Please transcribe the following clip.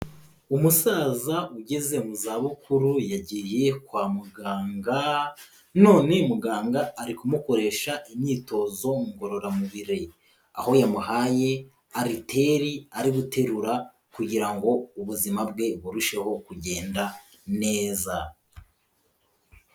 Umusaza ugeze mu zabukuru yagiye kwa muganga, none muganga ari kumukoresha imyitozo ngororamubiri, aho yamuhaye ariteri ari guterura kugira ngo ubuzima bwe burusheho kugenda neza.